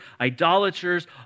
idolaters